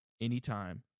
anytime